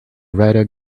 rider